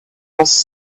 was